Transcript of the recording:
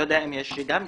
לא יודע אם יש גם,